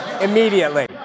Immediately